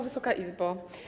Wysoka Izbo!